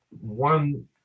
one